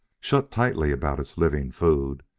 shut tightly about its living food,